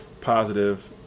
positive